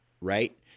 right